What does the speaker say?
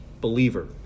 believer